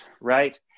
right